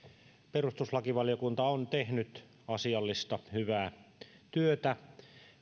perustuslakivaliokunta on tehnyt asiallista hyvää työtä